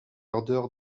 ardeur